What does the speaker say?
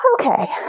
Okay